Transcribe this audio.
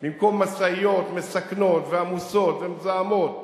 במקום משאיות מסכנות, ועמוסות, ומזהמות,